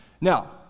Now